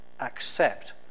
accept